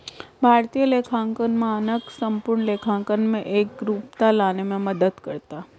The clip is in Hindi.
भारतीय लेखांकन मानक संपूर्ण लेखांकन में एकरूपता लाने में मदद करता है